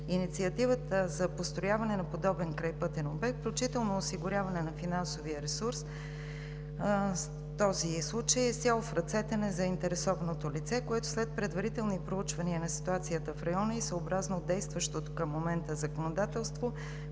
Инициативата за построяване на подобен крайпътен обект, включително осигуряване на финансовия ресурс, този случай е изцяло в ръцете на заинтересованото лице, което след предварителни проучвания на ситуацията в района и съобразно действащото към момента законодателство,